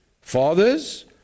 Fathers